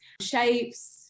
shapes